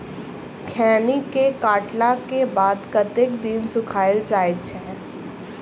खैनी केँ काटला केँ बाद कतेक दिन सुखाइल जाय छैय?